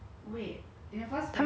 你会要跟哪一个打架